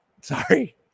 Sorry